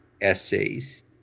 essays